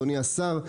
אדוני השר,